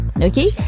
Okay